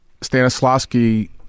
Stanislavski